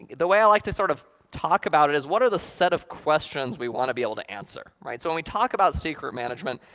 the way i like to sort of talk about it is, what are the set of questions we want to be able to answer? so when we talk about secret management,